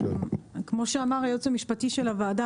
כמו שאמר היועץ המשפטי של הוועדה,